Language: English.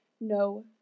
no